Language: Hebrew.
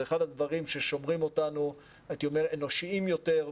זה אחד הדברים ששומרים אותנו אנושיים יותר,